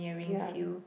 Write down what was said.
ya